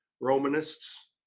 Romanists